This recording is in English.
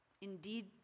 indeed